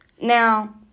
Now